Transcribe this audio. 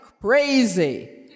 crazy